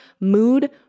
mood